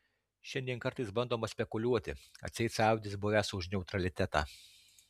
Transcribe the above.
šiandien kartais bandoma spekuliuoti atseit sąjūdis buvęs už neutralitetą